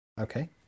Okay